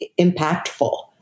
impactful